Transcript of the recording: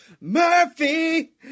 Murphy